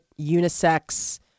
unisex